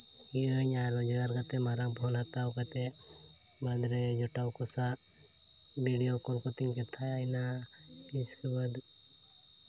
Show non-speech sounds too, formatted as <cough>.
ᱟᱨ ᱨᱳᱡᱽᱜᱟᱨ ᱠᱟᱛᱮ ᱢᱟᱨᱟᱝ ᱯᱷᱳᱱ ᱦᱟᱛᱟᱣ ᱠᱟᱛᱮ ᱵᱟᱫᱽ ᱨᱮ ᱡᱚᱴᱟᱣ ᱠᱚ ᱥᱟᱜ ᱵᱷᱤᱰᱤᱭᱳ ᱠᱚᱞ ᱠᱚᱛᱮᱧ ᱠᱟᱛᱷᱟᱭᱟ <unintelligible> ᱤᱥᱠᱮ ᱵᱟᱫᱽ